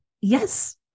yes